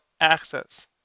access